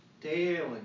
daily